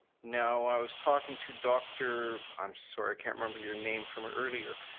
now i was talking to dr. i'm sorry i can't remember your name from earlier,